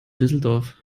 düsseldorf